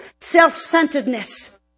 self-centeredness